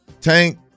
Tank